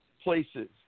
places